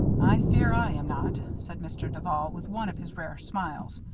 i fear i am not, said mr. duval, with one of his rare smiles.